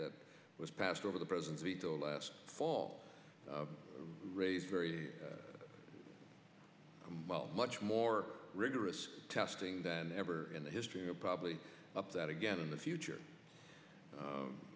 that was passed over the president's veto last fall raised very much more rigorous testing than ever in the history of probably up that again in the future